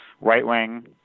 right-wing